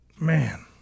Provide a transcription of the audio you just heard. man